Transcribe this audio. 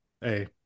hey